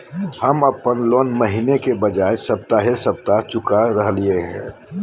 हम अप्पन लोन महीने के बजाय सप्ताहे सप्ताह चुका रहलिओ हें